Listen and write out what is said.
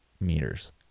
meters